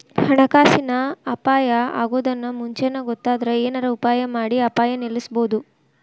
ಹಣಕಾಸಿನ್ ಅಪಾಯಾ ಅಗೊದನ್ನ ಮುಂಚೇನ ಗೊತ್ತಾದ್ರ ಏನರ ಉಪಾಯಮಾಡಿ ಅಪಾಯ ನಿಲ್ಲಸ್ಬೊದು